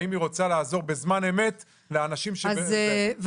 האם היא רוצה לעזור בזמן אמת לאנשים --- ועדת